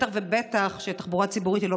ובטח ובטח שהתחבורה הציבורית היא לא